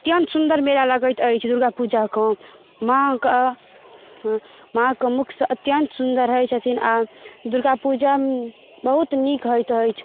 अत्यन्त सुन्दर मेला लागैत अछि दुर्गापूजा कऽ माँ कऽ माँ कऽ मुखसँ अत्यन्त सुन्दर रहैत छथिन आ दुर्गापूजा बहुत नीक होइत अछि